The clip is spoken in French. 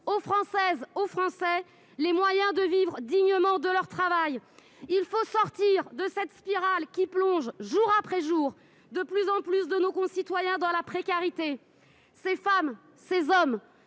aux Françaises et aux Français, les moyens de vivre dignement de leur travail. Il faut sortir de cette spirale qui plonge, jour après jour, de plus en plus de nos concitoyens dans la précarité. Ces femmes et ces hommes